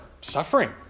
suffering